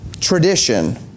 tradition